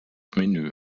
menü